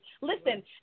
Listen